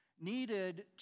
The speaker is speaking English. needed